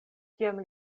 kiam